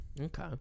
Okay